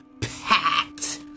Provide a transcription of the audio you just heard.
packed